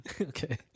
Okay